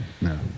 no